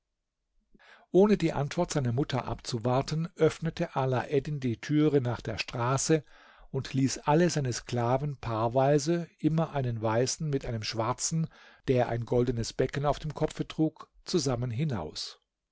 ohne die antwort seiner mutter abzuwarten öffnete alaeddin die türe nach der straße und ließ alle seine sklaven paarweise immer einen weißen mit einem schwarzen der ein goldenes becken auf dem kopfe trug zusammen hinaus